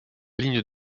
ligne